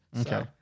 okay